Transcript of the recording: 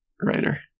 writer